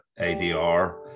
ADR